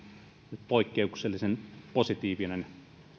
nyt poikkeuksellisen positiivinen